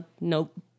Nope